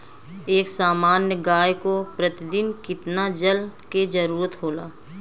एक सामान्य गाय को प्रतिदिन कितना जल के जरुरत होला?